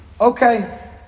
Okay